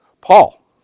Paul